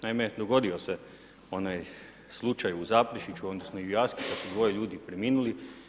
Naime, dogodio se onaj slučaj u Zaprešiću, odnosno i u Jaski kad su dvoje ljudi preminuli.